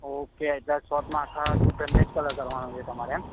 okay એટલે શોર્ટમાં આખાં ઘરને જ કલર કરવાનો છે તમારે એમ